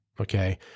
Okay